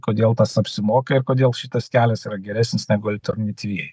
kodėl tas apsimoka ir kodėl šitas kelias yra geresnis negu alternatyviai